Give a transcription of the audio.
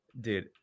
dude